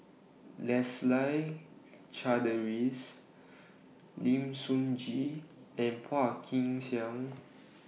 Leslie Charteris Lim Sun Gee and Phua Kin Siang